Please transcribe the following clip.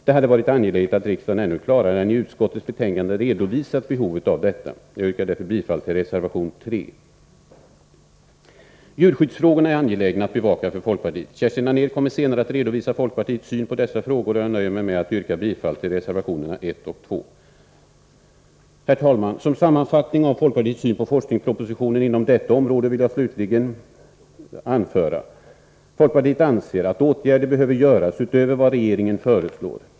Det hade varit angeläget att riksdagen ännu klarare än i utskottets betänkande redovisat behovet av detta. Jag yrkar därför bifall till reservation 3. Djurskyddsfrågorna är angelägna att bevaka för folkpartiet. Kerstin Anér kommer senare att redovisa folkpartiets syn på dessa frågor, och jag nöjer mig med att yrka bifall till reservationerna 1 och 2. Herr talman! Som sammanfattning av folkpartiets syn på forskningspropositionen inom detta område vill jag slutligen anföra: Folkpartiet anser att åtgärder behöver vidtas utöver vad regeringen föreslår.